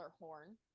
horn